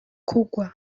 kugwa